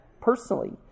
personally